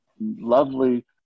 lovely